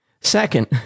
Second